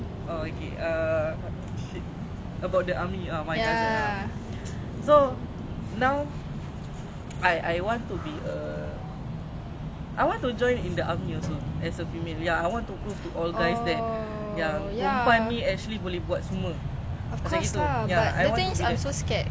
the thing is I also scared cause did you hear the cases like female in the army like the chances of them getting like harassed sexually harassed like a lot of things lah you know last time malaysia had like female army also then they abolish it because event the sergeant all that rape the girls